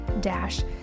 dash